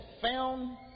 found